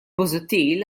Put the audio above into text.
busuttil